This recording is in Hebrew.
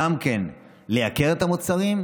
לייקר את המוצרים,